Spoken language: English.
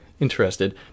Interested